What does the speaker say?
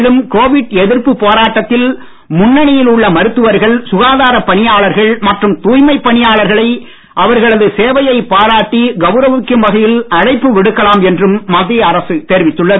மேலும் கோவிட் எதிர்ப்பு போராட்டத்தில் முன்னணியில் உள்ள மருத்துவர்கள் சுகாதாரப் பணியாளர்கள் மற்றும் தாய்மைப் பணியாளர்களை அவர்களது சேவையை பாராட்டி கவுரவிக்கும் வகையில் அழைப்பு விடுக்கலாம் என்றும் மத்திய அரசு தெரிவித்துள்ளது